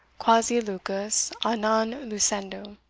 quasi lucus a non lucendo,